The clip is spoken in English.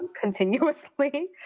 continuously